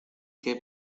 qué